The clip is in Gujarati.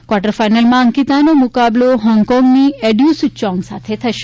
ક્વાર્ટર ફાઇનલમાં અંકિતાનો મુકાબલો હોંગકોંગની એડ્યુસ ચોંગ સાથે થશે